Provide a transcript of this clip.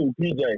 PJ